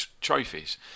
trophies